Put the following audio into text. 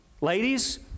Ladies